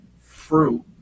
fruit